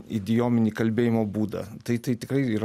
idiomintį kalbėjimo būdą tai tai tikrai yra